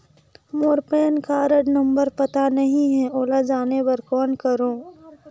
मोर PAN card number पता नहीं है, ओला जाने बर कौन करो?